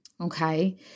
okay